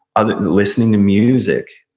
ah listening to music.